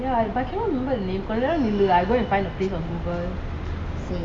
ya but I cannot remember the name கொஞ்ச நேரமா நில்லு:konja nerama nillu I go and find the place on google